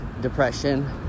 depression